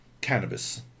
Cannabis